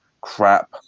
crap